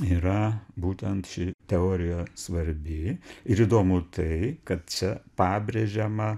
yra būtent ši teorija svarbi ir įdomu tai kad čia pabrėžiama